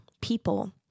people